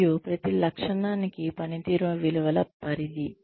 మరియు ప్రతి లక్షణానికి పనితీరు విలువల పరిధి